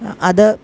അത്